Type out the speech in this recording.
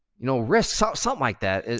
you know, risk, something like that.